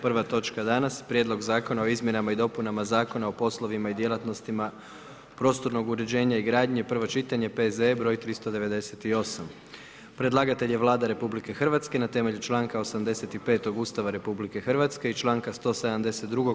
Prva točka danas - Prijedlog zakona o izmjenama i dopunama Zakona o poslovima i djelatnostima prostornog uređenja i gradnje, prvo čitanje, P.Z.E. br. 398 Predlagatelj je Vlada RH na temelju članka 85 Ustava RH i članka 172.